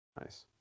Nice